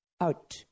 out